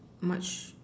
much